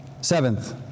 Seventh